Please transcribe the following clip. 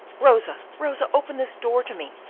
rosa, rosa, open this door to me,